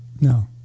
No